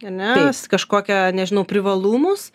ar ne kažkokią nežinau privalumus